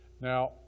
Now